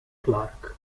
clark